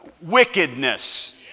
Wickedness